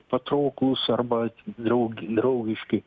patrauklūs arba draug draugiški